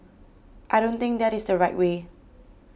I don't think that is the right way